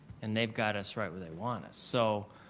and they've got us right where they want us. so,